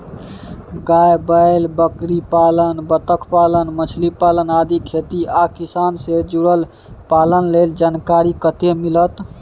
गाय, बैल, बकरीपालन, बत्तखपालन, मछलीपालन आदि खेती आ किसान से जुरल पालन लेल जानकारी कत्ते मिलत?